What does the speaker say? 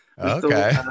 okay